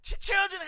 Children